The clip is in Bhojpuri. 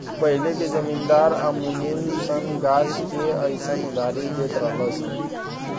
पहिले के जमींदार आ मुनीम सन गाछ मे अयीसन उधारी देत रहलन सन